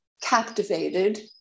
captivated